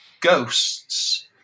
ghosts